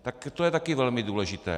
Tak to je taky velmi důležité.